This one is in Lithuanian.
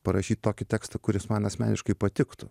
parašyt tokį tekstą kuris man asmeniškai patiktų